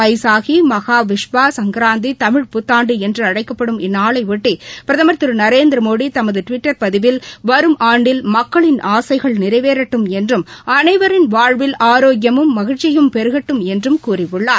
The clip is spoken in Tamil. பைசாகி மகாவிஷ்பா சங்கராந்தி தமிழ் புத்தாண்டு என்று அழைக்கப்படும் இந்நாளைபொட்டி பிரதமர் திரு நரேந்திரமோடி தமது டுவிட்டர் பதிவில் வரும் ஆண்டில் மக்களின் ஆசைகள் நிறைவேறட்டும் என்றும் அனைவரின் வாழ்வில் ஆரோக்கியமும் மகிழ்ச்சியும் பெருகட்டும் என்றும் கூறியுள்ளார்